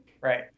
Right